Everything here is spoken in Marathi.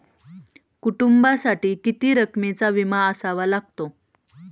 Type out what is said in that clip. कुटुंबासाठी किती रकमेचा विमा असावा लागतो?